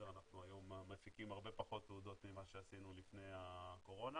היום אנחנו מפיקים הרבה פחות תעודות ממה שעשינו לפני הקורונה